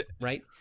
right